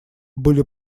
были